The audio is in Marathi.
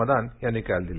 मदान यांनी काल दिली